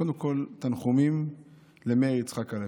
קודם כול, תנחומים למאיר יצחק הלוי.